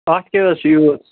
اَتھ کہِ حظ چھِ یوٗت